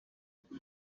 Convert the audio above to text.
uko